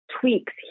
tweaks